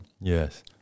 Yes